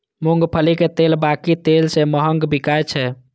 मूंगफली के तेल बाकी तेल सं महग बिकाय छै